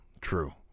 true